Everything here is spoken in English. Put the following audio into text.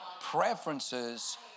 preferences